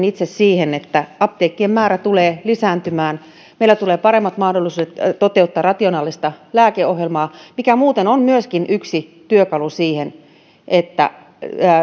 itse siihen että apteekkien määrä tulee lisääntymään meille tulee paremmat mahdollisuudet toteuttaa rationaalista lääkeohjelmaa mikä muuten on myöskin yksi työkalu siihen että